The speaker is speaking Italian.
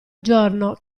giorno